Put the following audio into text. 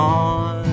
on